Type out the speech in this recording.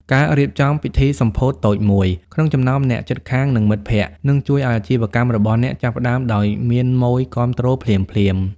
ការរៀបចំ "ពិធីសម្ពោធតូចមួយ" ក្នុងចំណោមអ្នកជិតខាង និងមិត្តភក្តិ នឹងជួយឱ្យអាជីវកម្មរបស់អ្នកចាប់ផ្ដើមដោយមានម៉ូយគាំទ្រភ្លាមៗ។